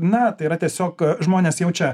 na tai yra tiesiog žmonės jaučia